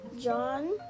John